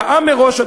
הודעה מראש,